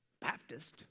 Baptist